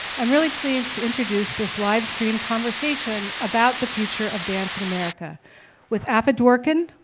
i'm really pleased to introduce this livestreamed conversation about the future of dance in america with afa dworkin,